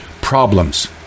problems